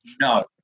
no